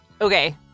Okay